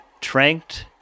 tranked